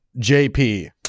JP